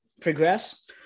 progress